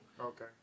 Okay